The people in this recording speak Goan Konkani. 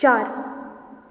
चार